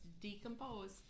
decompose